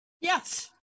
Yes